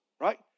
right